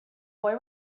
boy